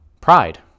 pride